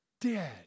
dead